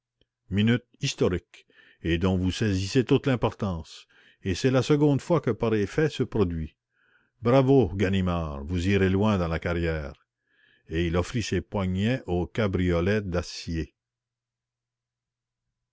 historique et dont vous saisissez toute l'importance et c'est la seconde fois que pareil fait se produit bravo ganimard vous irez loin dans la carrière et il offrit ses poignets au cabriolet d'acier